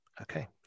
Okay